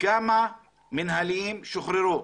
כמה מנהליים שוחררו?